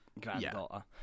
granddaughter